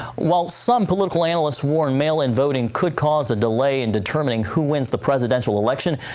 while some political analysts warned mail-in voting could cause a delay in determining who wins the presidential election,